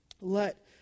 Let